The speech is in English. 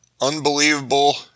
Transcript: unbelievable